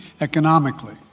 economically